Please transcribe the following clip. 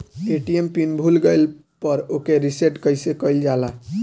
ATM pin भूल गईल पर ओके रीसेट कइसे कइल जाला?